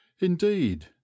Indeed